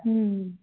ம்